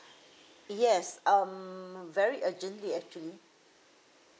yes um very urgently actually